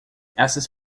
essas